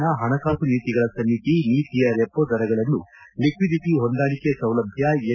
ನ ಪಣಕಾಸು ನೀತಿಗಳ ಸಮಿತಿ ನೀತಿಯ ರೆಪೋ ದರಗಳನ್ನು ಲಿಕ್ಷಿಡಿಟಿ ಹೊಂದಾಣಿಕೆ ಸೌಲಭ್ಯ ಎಲ್